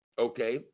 Okay